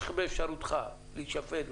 יש באפשרותך להישפט,